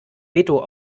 veto